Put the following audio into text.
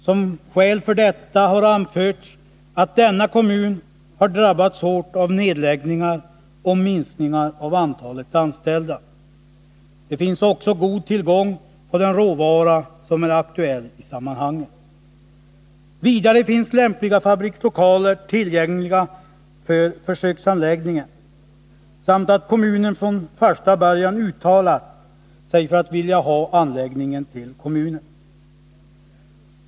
Som skäl för detta har anförts att denna kommun har drabbats hårt av nedläggningar och minskningar av antalet anställda. Här finns också god tillgång på den råvara som är aktuell i sammanhanget. Vidare finns lämpliga fabrikslokaler tillgängliga för försöksanläggningen. Kommunen har också från första början uttalat att den vill ha anläggningen.